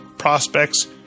prospects